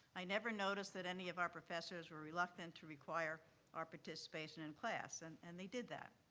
i never noticed that any of our professors were reluctant to require our participation in class, and and they did that.